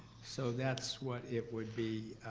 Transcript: so that's what it would be,